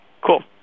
Cool